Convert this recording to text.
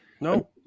no